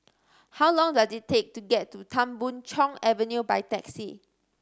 how long does it take to get to Tan Boon Chong Avenue by taxi